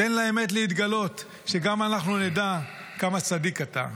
תן לאמת להתגלות, שגם אנחנו נדע כמה צדיק אתה.